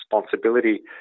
responsibility